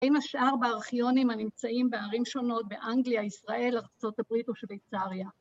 עם השאר בארכיונים הנמצאים בערים שונות באנגליה, ישראל, ארה״ב ושוויצריה.